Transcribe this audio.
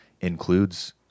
includes